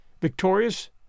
victorious